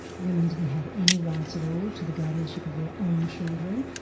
women didn't have any rights at all to the guardianship of their own children.